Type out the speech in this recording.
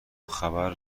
خبر